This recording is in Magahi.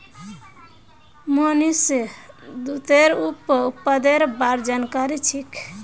मोहनीशक दूधेर उप उत्पादेर बार जानकारी छेक